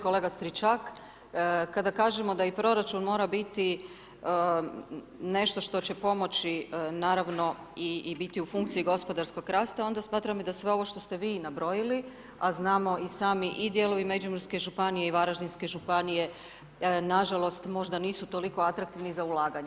Kolega Stričak, kada kažemo da i proračun mora biti nešto što će pomoći naravno i biti u funkciji gospodarskog rasta onda smatram i da sve ovo što ste vi nabrojili a znamo i sami i dijelovi Međimurske županije i Varaždinske županije nažalost možda nisu toliko atraktivni za ulaganja.